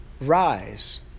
Rise